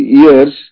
years